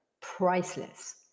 priceless